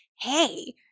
hey